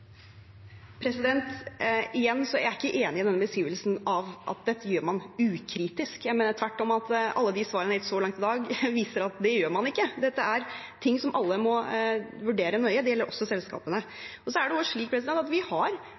er ikke enig i beskrivelsen av at man gjør dette ukritisk. Jeg mener tvert om at alle de svarene jeg har gitt så langt i dag, viser at det gjør man ikke. Dette er ting som alle må vurdere nøye. Det gjelder også selskapene. Det er også slik at vi